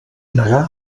negar